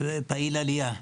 ופעיל עלייה.